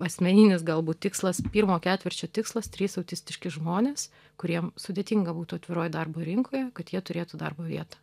asmeninis galbūt tikslas pirmo ketvirčio tikslas trys autistiški žmonės kuriem sudėtinga būtų atviroj darbo rinkoje kad jie turėtų darbo vietą